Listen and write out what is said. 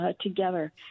together